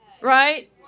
Right